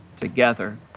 together